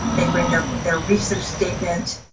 they bring their their research statement,